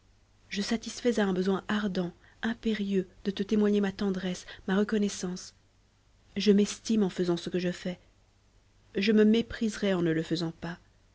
je satisfais à un besoin ardent impérieux de te témoigner ma tendresse ma reconnaissance je m'estime en faisant ce que je fais je me mépriserais en ne le faisant pas